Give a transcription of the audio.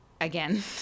again